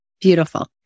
Beautiful